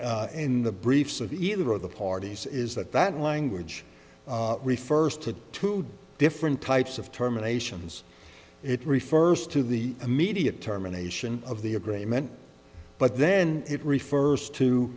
in the briefs of either of the parties is that that language refers to two different types of terminations it refers to the immediate term a nation of the agreement but then it refers to